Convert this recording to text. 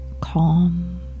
calm